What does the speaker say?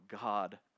God